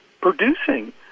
producing